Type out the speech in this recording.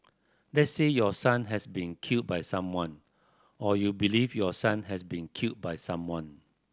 let's say your son has been killed by someone or you believe your son has been killed by someone